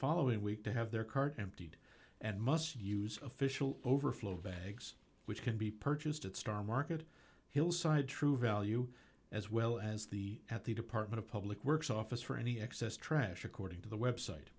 following week to have their card emptied and must use official overflow bags which can be purchased at star market hillside true value as well as the at the department of public works office for any excess trash according to the website